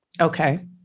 Okay